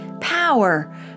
power